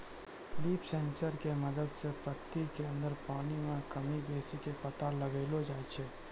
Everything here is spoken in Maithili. लीफ सेंसर के मदद सॅ पत्ती के अंदर पानी के कमी बेसी के पता लगैलो जाय छै